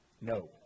No